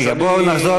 בואו נחזור,